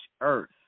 earth